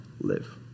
live